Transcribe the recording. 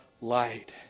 light